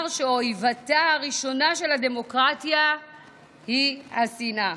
שאויבתה הראשונה של הדמוקרטיה היא השנאה.